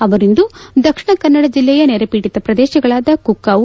ಅವರಿಂದು ದಕ್ಷಿಣ ಕನ್ನಡ ಜಿಲ್ಲೆಯ ನೆರೆಪೀಡಿತ ಪ್ರದೇಶಗಳಾದ ಕುಕ್ಕಾವು